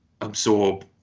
absorb